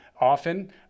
Often